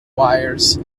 wires